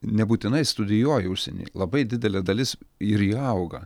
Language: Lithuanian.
nebūtinai studijuoja užsieny labai didelė dalis ir ji auga